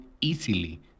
easily